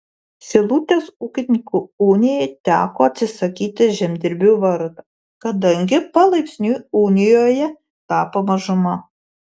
šilutės ūkininkų unijai teko atsisakyti žemdirbių vardo kadangi palaipsniui unijoje tapo mažuma